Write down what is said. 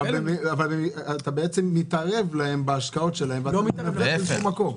אבל אתה בעצם מתערב להם בהשקעות שלהם באיזה שהוא מקום.